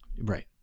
right